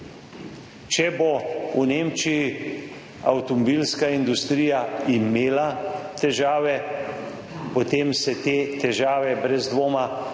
Če bo v Nemčiji avtomobilska industrija imela težave, potem se te težave brez dvoma prenesejo